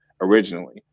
originally